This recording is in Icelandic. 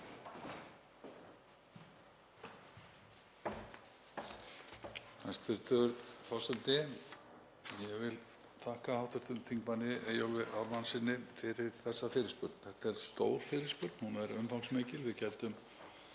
Þetta er stór fyrirspurn. Hún er umfangsmikil. Við gætum